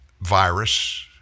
virus